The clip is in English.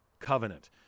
covenant